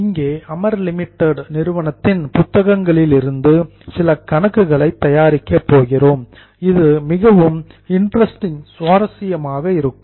இங்கே அமர் லிமிடெட் நிறுவனத்தின் புத்தகங்களிலிருந்து சில கணக்குகளை தயாரிக்கப் போகிறோம் இது மிகவும் இன்ட்ரஸ்டிங் சுவாரசியமாக இருக்கும்